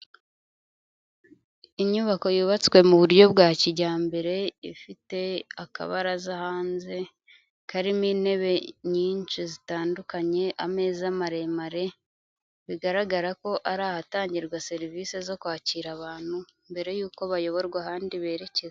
Inyubako yubatswe mu buryo bwa kijyambere, ifite akabaraza hanze karimo intebe nyinshi zitandukanye, ameza maremare, bigaragara ko ari ahatangirwa serivisi zo kwakira abantu mbere yuko bayoborwa ahandi berekeza.